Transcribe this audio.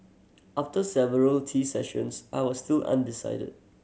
after several tea sessions I was still undecided